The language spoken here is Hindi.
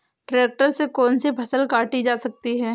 ट्रैक्टर से कौन सी फसल काटी जा सकती हैं?